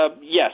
yes